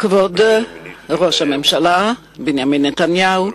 כבוד ראש הממשלה, בנימין נתניהו,